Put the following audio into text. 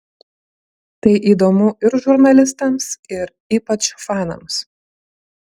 tai įdomu ir žurnalistams ir ypač fanams